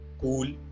cool